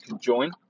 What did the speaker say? join